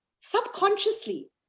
subconsciously